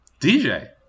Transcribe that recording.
DJ